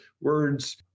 words